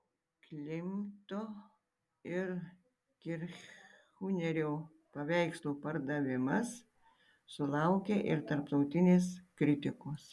klimto ir kirchnerio paveikslų pardavimas sulaukė ir tarptautinės kritikos